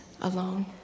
alone